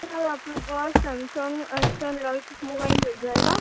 سر آپ کے پاس سیمسنگ ایس ون موبائل مل جائے گا